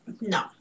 No